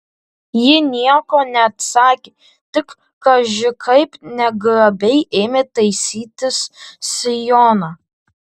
ji nieko neatsakė tik kaži kaip negrabiai ėmė taisytis sijoną